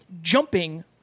jumping